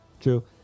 true